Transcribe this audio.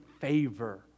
favor